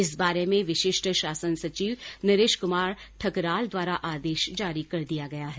इस बारे में विशिष्ठ शासन सचिव नरेश कुमार ठकराल द्वारा आदेश जारी कर दिया गया है